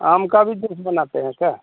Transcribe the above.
आम का भी जूस बनाते हैं क्या